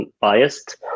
biased